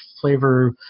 flavor